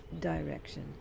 Direction